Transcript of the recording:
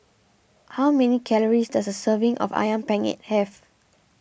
how many calories does a serving of Ayam Penyet have